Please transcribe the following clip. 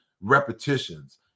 repetitions